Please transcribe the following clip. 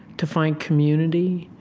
to find community,